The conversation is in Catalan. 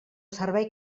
servei